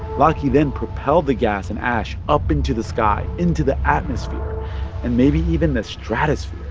laki then propelled the gas and ash up into the sky, into the atmosphere and maybe even the stratosphere.